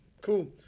cool